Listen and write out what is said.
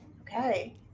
okay